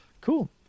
Cool